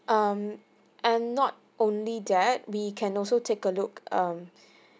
um and not only that we can also take a look um